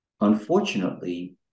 unfortunately